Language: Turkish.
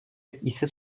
ise